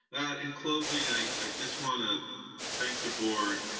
in closing, i i just wanna thank the board